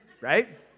right